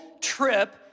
trip